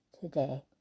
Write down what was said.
today